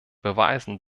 beweisen